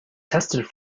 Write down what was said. tested